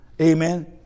Amen